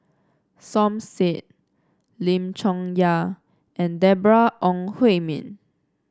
Som Said Lim Chong Yah and Deborah Ong Hui Min